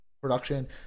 production